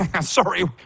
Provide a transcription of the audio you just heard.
Sorry